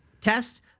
test